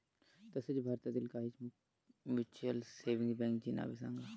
तसेच भारतातील काही म्युच्युअल सेव्हिंग बँकांची नावे सांगा